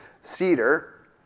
cedar